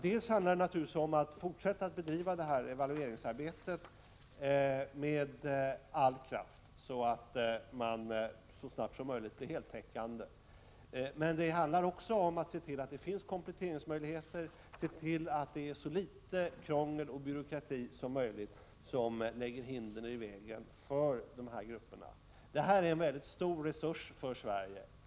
Det gäller naturligtvis att fortsätta att bedriva evalueringsarbetet med all kraft, så att det så snart som möjligt blir ett heltäckande resultat, men det gäller också att se till att det finns kompletteringsmöjligheter och att så litet krångel och byråkrati som möjligt lägger hinder i vägen. De välutbildade invandrarna är en väldigt stor resurs.